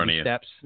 steps